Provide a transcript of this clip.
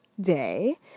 day